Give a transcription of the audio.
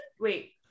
wait